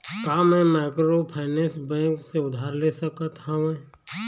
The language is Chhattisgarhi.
का मैं माइक्रोफाइनेंस बैंक से उधार ले सकत हावे?